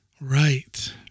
Right